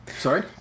Sorry